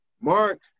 Mark